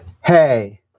Hey